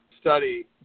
study